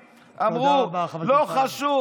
אמרו: לא חשוב,